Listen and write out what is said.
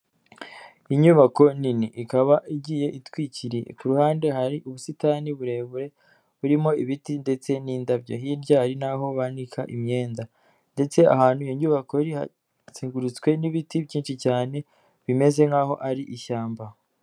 Inyubako nini, ikaba igiye itwikiriye. Ku kuruhande hari ubusitani burebure burimo ibiti ndetse n'indabyo. Hirya hari naho banika imyenda ndetse ahantu inyubako iri hazengurutswe n'ibiti byinshi cyane bimeze nkaho ari ishyamba.